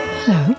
Hello